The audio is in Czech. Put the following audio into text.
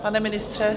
Pane ministře?